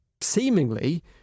seemingly